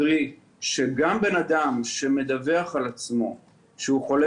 קרי שגם בן אדם שמדווח על עצמו שהוא חולה